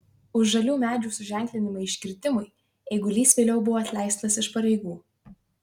už žalių medžių suženklinimą iškirtimui eigulys vėliau buvo atleistas iš pareigų